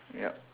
yup